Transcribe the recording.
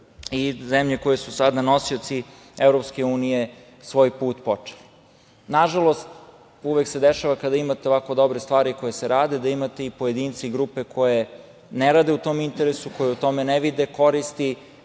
i zemlje koje su sada nosioci EU svoj put počeli. Nažalost, uvek se dešava kada imate ovako dobre stvari koje se rade, da imate i pojedince i grupe koje ne rade u tom interesu, koje u tome ne vide koristi,